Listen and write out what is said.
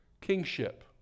kingship